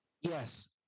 Yes